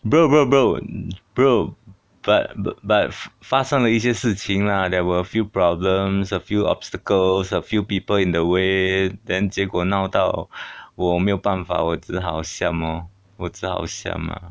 bro bro bro bro but but but 发生了一些事情 lah there were few problems a few obstacles are few people in the way then 结果闹到我没有办法我真的想 more votes 好像 mah